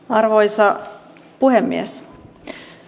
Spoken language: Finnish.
arvoisa puhemies